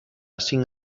cinc